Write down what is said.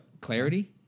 Clarity